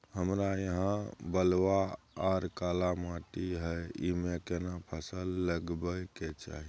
हमरा यहाँ बलूआ आर काला माटी हय ईमे केना फसल लगबै के चाही?